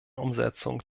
umsetzung